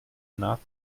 nach